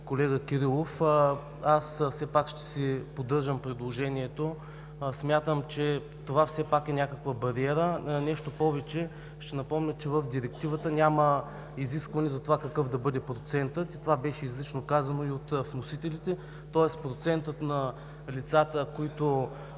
колега Кирилов! Все пак си поддържам предложението. Смятам това за някаква бариера. Нещо повече, ще напомня, че в Директивата няма изискване какъв да бъде процентът. Това беше изрично казано и от вносителите. Процентът на лицата, които